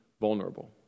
vulnerable